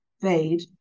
fade